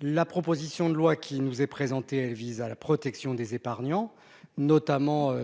La proposition de loi qui nous est présentée. Elle vise à la protection des épargnants notamment.